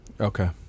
Okay